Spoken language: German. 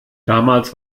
damals